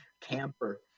Camper